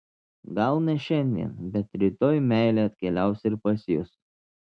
gal ne šiandien bet rytoj meilė atkeliaus ir pas jus